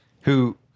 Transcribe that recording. who-